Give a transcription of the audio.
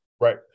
Right